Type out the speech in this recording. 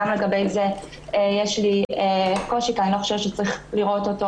גם לגבי זה יש לי קושי כי אני לא חושבת שצריך לראותו אותו